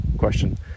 question